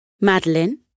Madeline